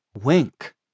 Wink